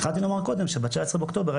התחלתי לומר קודם שב-19 באוקטובר,